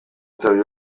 bitaro